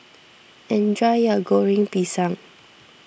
enjoy your Goreng Pisang